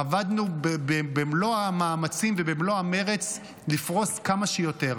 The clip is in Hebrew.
עבדנו במלוא המאמצים ובמלוא המרץ לפרוס כמה שיותר.